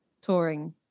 touring